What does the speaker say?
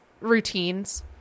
routines